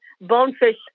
bonefish